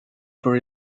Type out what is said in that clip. for